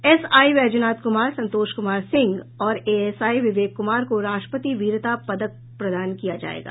SI Baijnath Kumar Santosh Kumar Singh और ASI Vivek Kumar को राष्ट्रपति वीरता पदक प्रदान किया जायेगा